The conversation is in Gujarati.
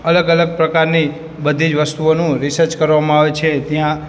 અલગ અલગ પ્રકારની બધી જ વસ્તુઓનું રીસર્ચ કરવામાં આવે છે ત્યાં